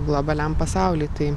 globaliam pasauly tai